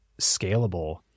scalable